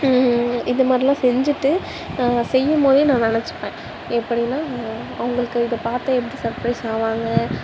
இந்த மாதிரிலாம் செஞ்சுட்டு செய்யும்போதே நான் நினச்சிப்பேன் எப்படினா அவுங்களுக்கு இதை பார்த்து எப்படி சப்ரைஸ் ஆவாங்க